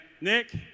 Nick